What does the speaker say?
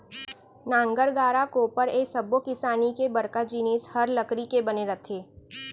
नांगर, गाड़ा, कोपर ए सब्बो किसानी के बड़का जिनिस हर लकड़ी के बने रथे